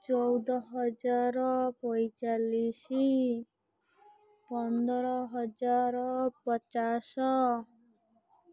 ଚଉଦ ହଜାର ପଇଁଚାଳିଶ ପନ୍ଦର ହଜାର ପଚାଶ